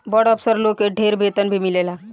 बड़ अफसर लोग के ढेर वेतन भी मिलेला